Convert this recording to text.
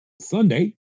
Sunday